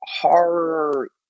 horror